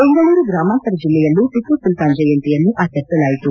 ಬೆಂಗಳೂರು ಗ್ರಾಮಾಂತರ ಜಲ್ಲೆಯಲ್ಲೂ ಟಪ್ಪು ಸುಲ್ತಾನ್ ಜಯಂತಿಯನ್ನು ಆಚರಿಸಲಾಯಿತು